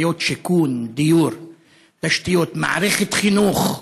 בעיות שיכון, דיור, תשתיות, מערכת חינוך,